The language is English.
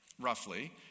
roughly